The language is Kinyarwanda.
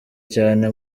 cyane